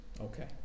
Okay